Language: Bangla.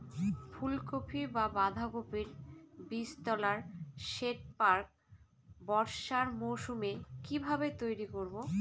ফুলকপি বা বাঁধাকপির বীজতলার সেট প্রাক বর্ষার মৌসুমে কিভাবে তৈরি করব?